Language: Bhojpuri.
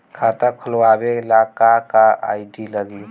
खाता खोलाबे ला का का आइडी लागी?